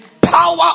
power